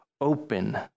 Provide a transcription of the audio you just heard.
open